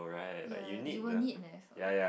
ya you will need maths uh